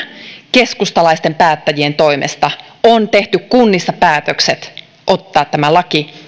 keskustalaisten päättäjien toimesta kunnissa on tehty päätökset ottaa tämä laki